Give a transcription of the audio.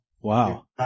Wow